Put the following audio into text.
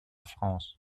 france